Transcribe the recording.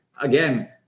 again